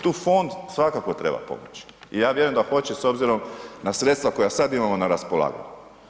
Tu fond svakako treba pomoći i ja vjerujem da hoće s obzirom na sredstva koja sad imamo na raspolaganju.